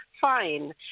Fine